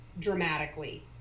dramatically